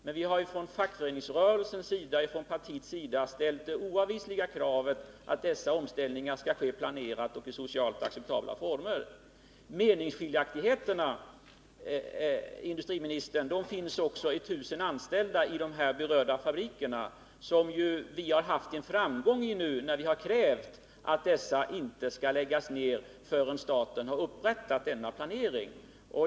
Men vi har från fackföreningsrörelsens och partiets sida ställt det oavvisliga kravet att dessa omställningar skall ske planerat och i socialt acceptabla former. Meningsskiljaktigheterna, industriministern, de finns också i att vi vill slå vakt om de 1 000 anställda i dessa berörda fabriker. Vi har nu haft framgång, när vi krävt att dessa inte skall läggas ner förrän staten upprättat denna plan.